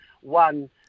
One